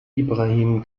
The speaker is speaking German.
ibrahim